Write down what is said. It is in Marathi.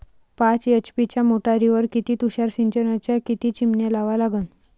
पाच एच.पी च्या मोटारीवर किती तुषार सिंचनाच्या किती चिमन्या लावा लागन?